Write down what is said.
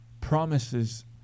promises